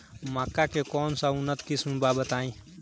मक्का के कौन सा उन्नत किस्म बा बताई?